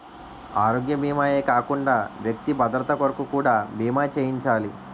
ఆరోగ్య భీమా ఏ కాకుండా వ్యక్తి భద్రత కొరకు కూడా బీమా చేయించాలి